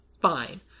Fine